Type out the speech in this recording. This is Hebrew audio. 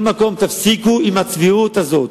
תפסיקו עם הצביעות הזאת.